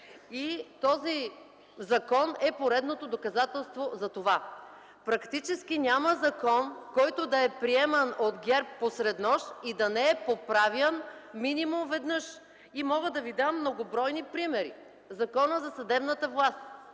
Този закон е поредното доказателство за това. Практически няма закон, който да е приеман от ГЕРБ посреднощ и да не е поправян минимум веднъж. Мога да ви дам многобройни примери: Законът за съдебната власт,